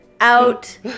out